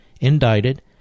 indicted